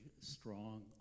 strong